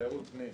תיירות פנים,